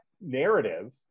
narrative